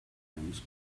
called